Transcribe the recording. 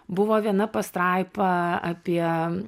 buvo viena pastraipa apie